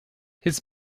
his